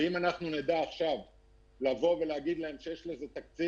ואם נדע עכשיו להגיד להם שיש לזה תקציב